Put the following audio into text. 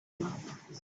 mouth